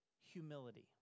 humility